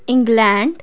England